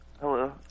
Hello